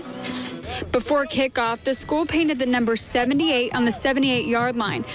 before kick-off, the school painted the number seventy eight on the seventy eight yard line,